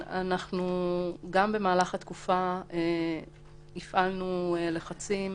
גם במהלך התקופה הפעלנו לחצים